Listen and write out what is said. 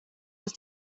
aus